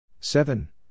seven